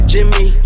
Jimmy